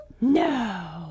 No